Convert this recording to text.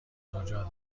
مجاز